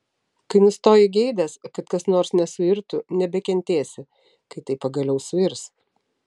kai nustoji geidęs kad kas nors nesuirtų nebekentėsi kai tai pagaliau suirs